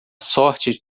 sorte